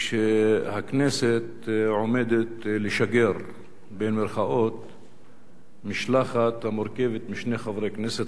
שהכנסת עומדת "לשגר" משלחת המורכבת משני חברי כנסת,